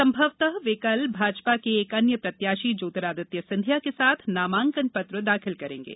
संभवतः वे कल भाजपा के एक अन्य प्रत्याशी ज्योतिरादित्य सिंधिया के साथ नामांकन पत्र दाखिल करेंगे